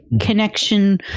connection